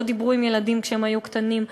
לא דיברו עם ילדים כשהם היו קטנים,